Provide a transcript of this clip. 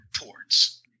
reports